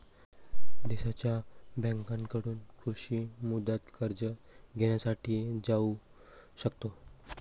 देशांच्या बँकांकडून कृषी मुदत कर्ज घेण्यासाठी जाऊ शकतो